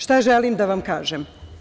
Šta želim da vam kažem?